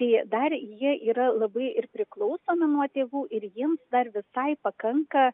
tai dar jie yra labai ir priklausomi nuo tėvų ir jiems dar visai pakanka